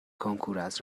کنکوراز